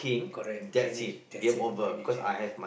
correct finish that's it finish ah